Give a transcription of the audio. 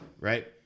right